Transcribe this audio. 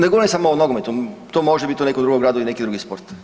Ne govorim samo o nogometu, to može biti u nekom drugom gradu i neki drugi sport.